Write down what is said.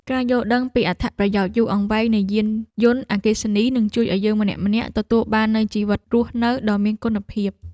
ការយល់ដឹងពីអត្ថប្រយោជន៍យូរអង្វែងនៃយានយន្តអគ្គិសនីនឹងជួយឱ្យយើងម្នាក់ៗទទួលបាននូវជីវិតរស់នៅដ៏មានគុណភាព។